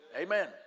Amen